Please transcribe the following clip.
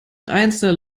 einzelne